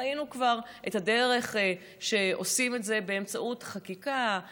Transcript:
ראינו כבר את הדרך שעושים את זה: באמצעות חקיקה,